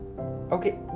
Okay